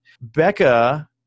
Becca